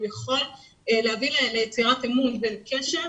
הוא יכול להביא ליצירת אמון וקשר.